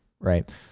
Right